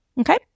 Okay